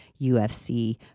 UFC